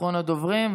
אחרון הדוברים,